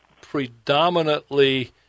predominantly